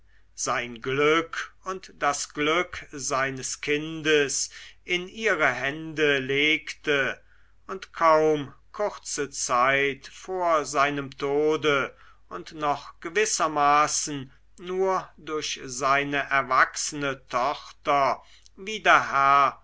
sein glück und das glück seines kindes in ihre hände legte und kaum kurze zeit vor seinem tode und noch gewissermaßen nur durch seine erwachsene tochter wieder herr